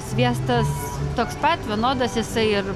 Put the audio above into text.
sviestas toks pat vienodas jisai ir